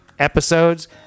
Episodes